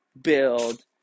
build